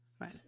Right